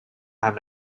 have